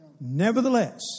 Nevertheless